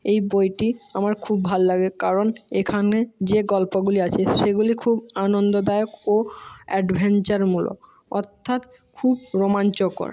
এই বইটি আমার খুব ভাল লাগে কারণ এখানে যে গল্পগুলি আছে সেগুলি খুব আনন্দদায়ক ও অ্যাডভেঞ্চারমূলক অর্থাৎ খুব রোমাঞ্চকর